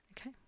Okay